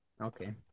okay